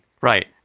Right